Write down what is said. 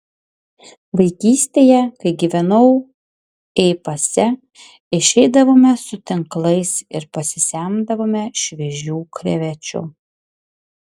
vaikystėje kai gyvenau ei pase išeidavome su tinklais ir pasisemdavome šviežių krevečių